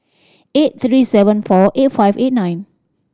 eight three seven four eight five eight nine